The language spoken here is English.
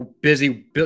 Busy